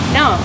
no